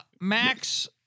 Max